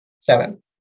Seven